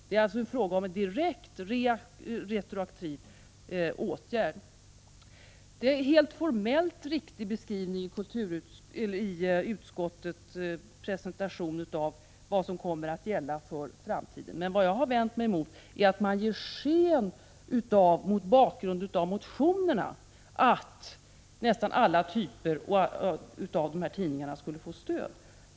Det är alltså fråga om en direkt retroaktiv åtgärd. 67 Utskottets presentation av vad som kommer att gälla för framtiden är en formellt helt riktig beskrivning. Vad jag har vänt mig emot är att man mot bakgrund av motionerna ger sken av att nästan alla typer av dessa tidningar skulle få stöd.